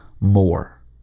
more